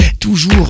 toujours